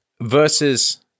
versus